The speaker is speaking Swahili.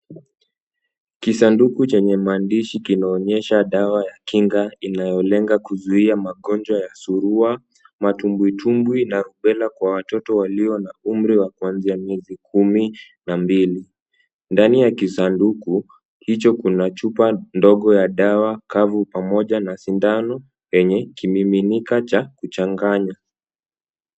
Kisanduku chenye maandishi kinaonyesha dawa ya kinga inayolenga kuzuia magonjwa ya surua ,matumbutumbwi na rubela kwa watoto walio na umri wa kuanzia miezi kumi na mbili. Ndani ya kisanduku ndicho kuna chupa ndogo ya dawa kavu pamoja na sindano yenye kimiminika cha kuchanganya.